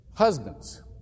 Husbands